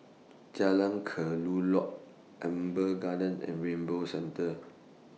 Jalan Kelulut Amber Gardens and Rainbow Centre